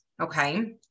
okay